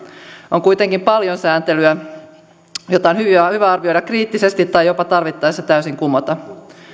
on kuitenkin paljon sääntelyä jota on hyvä arvioida kriittisesti tai jopa tarvittaessa täysin kumota